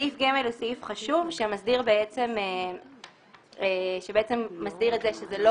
סעיף (ג) הוא סעיף חשוב שמסדיר את זה שזה לא